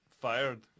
fired